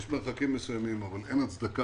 יש מרחקים מסוימים אבל אין הצדקה